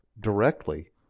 directly